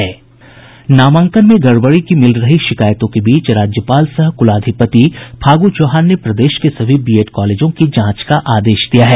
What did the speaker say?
नामांकन में गड़बड़ी की मिल रही शिकायतों के बीच राज्यपाल सह कुलाधिपति फागू चौहान ने प्रदेश के सभी बीएड् कॉलेजों की जांच का आदेश दिया है